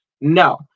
No